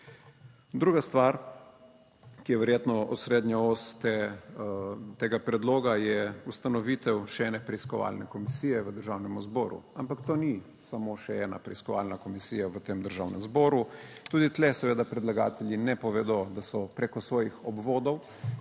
Druga stvar, ki je verjetno osrednja os tega predloga je ustanovitev še ene preiskovalne komisije v Državnem zboru, ampak to ni samo še ena preiskovalna komisija v tem Državnem zboru. Tudi tu seveda predlagatelji ne povedo, da so preko svojih obvodov,